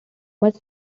much